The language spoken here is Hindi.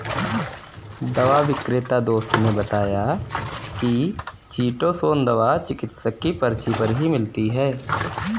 दवा विक्रेता दोस्त ने बताया की चीटोसोंन दवा चिकित्सक की पर्ची पर ही मिलती है